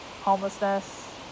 homelessness